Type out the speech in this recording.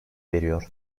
veriyor